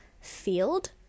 field